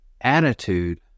attitude